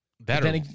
Better